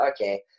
okay